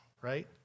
right